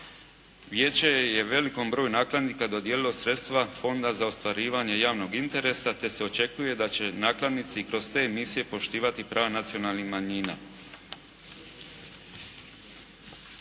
Vijeće je velikom broju nakladnika dodijelilo sredstva Fonda za ostvarivanje javnog interesa te se očekuje da će nakladnici kroz te misije poštivati prava nacionalnih manjina.